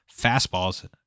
fastballs